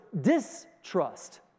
distrust